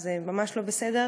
וזה ממש לא בסדר,